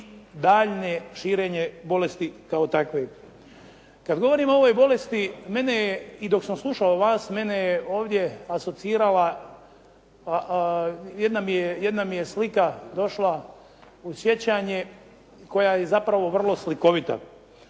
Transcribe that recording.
daljnje širenje bolesti kao takve. Kad govorimo o ovoj bolesti i dok sam slušao vas mene je ovdje asocirala, jedna mi je slika došla u sjećanje koja je zapravo vrlo slikovita.